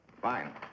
Fine